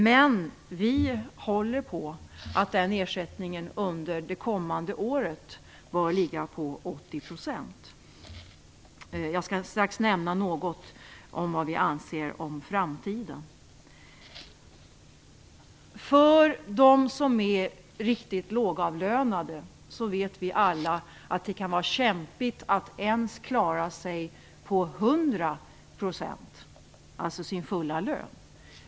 Men vi håller på att den ersättningen under det kommande året bör ligga på 80 %. Jag skall strax nämna något om vad vi anser om framtiden. För dem som är riktigt lågavlönade vet vi alla att det kan vara kämpigt att ens klara sig på 100 %, alltså sin fulla lön.